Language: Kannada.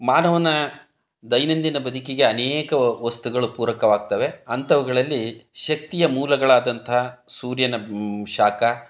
ಮಾನವನ ದೈನಂದಿನ ಬದುಕಿಗೆ ಅನೇಕ ವಸ್ತುಗಳು ಪೂರಕವಾಗ್ತವೆ ಅಂಥವುಗಳಲ್ಲಿ ಶಕ್ತಿಯ ಮೂಲಗಳಾದಂತಹ ಸೂರ್ಯನ ಶಾಖ